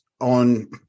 on